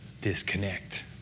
Disconnect